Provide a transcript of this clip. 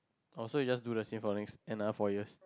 oh you just do the same for next another four years